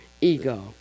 ego